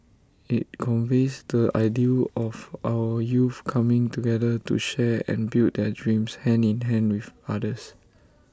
IT conveys the ideal of our youth coming together to share and build their dreams hand in hand with others